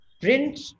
Print